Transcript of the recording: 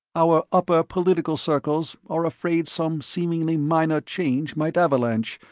our upper political circles are afraid some seemingly minor change might avalanche,